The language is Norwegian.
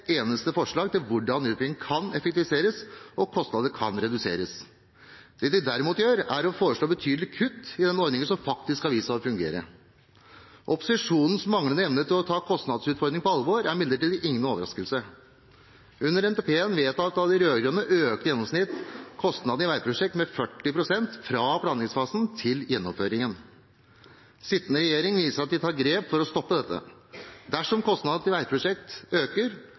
eneste forslag til hvordan utbyggingen kan effektiviseres og kostnadene reduseres. Det de derimot gjør, er å foreslå betydelige kutt i den ordningen som faktisk har vist seg å fungere. Opposisjonens manglende evne til å ta kostnadsutfordringen på alvor er imidlertid ingen overraskelse. Under NTP-en vedtatt av de rød-grønne økte i gjennomsnitt kostnadene i veiprosjekt med 40 pst. fra planleggingsfasen til gjennomføringen. Sittende regjering viser at man tar grep for å stoppe dette. Dersom kostnadene i et veiprosjekt øker,